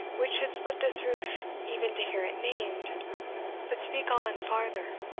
which should split this roof even to hear it named but speak on farther.